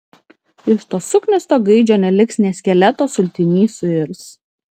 iš to suknisto gaidžio neliks nė skeleto sultiny suirs